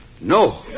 No